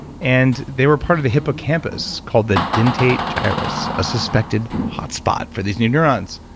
and they were part of the hippocampus called the dentate gyrus, a suspected hotspot for these new neurons.